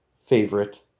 favorite